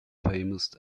famous